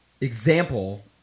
example